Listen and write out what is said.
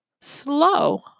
slow